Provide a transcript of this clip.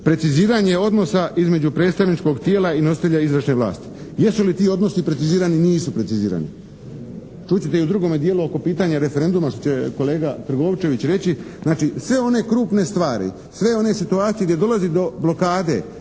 preciziranje odnosa između predstavničkog tijela i nositelja izvršne vlasti. Jesu li ti odnosi precizirani? Nisu precizirani. Čut ćete i u drugome dijelu oko pitanja referenduma što će kolega Trgovčević reći. Znači, sve one krupne stvari, sve one situacije gdje dolazi do blokade,